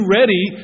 ready